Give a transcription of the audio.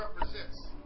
represents